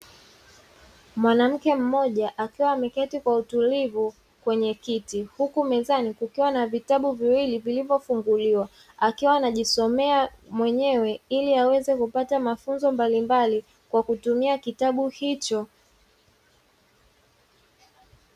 Mwanamke mmoja akiwa ameketi kwa utulivu kwenye kiti, huku mezani kukiwa na vitabu viwili vilivofunguliwa, akiwa anajisomea mwenyewe ili aweze kupata mafunzo mbalimbali kwa kutumia kitabu hicho.